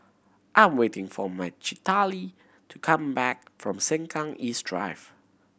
I am waiting for Citlalli to come back from Sengkang East Drive